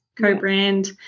co-brand